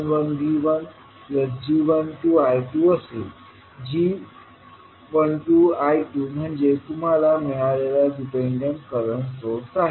g12I2 म्हणजे तुम्हाला मिळालेला डिपेंडंट करंट सोर्स आहे